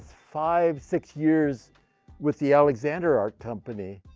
five, six years with the alexander art company.